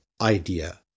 idea